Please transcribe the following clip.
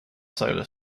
solar